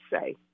say